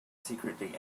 secretly